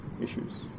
issues